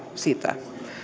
sitä